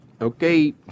Okay